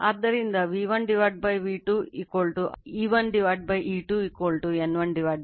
ಆದ್ದರಿಂದ V1 V2 ಸಮಾನ N1 N 2 ಆಗಿದೆ